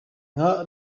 nka